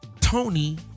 Tony